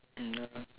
mm ya